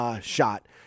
shot